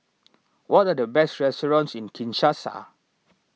what are the best restaurants in Kinshasa